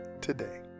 today